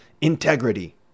integrity